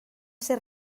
ser